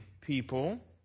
people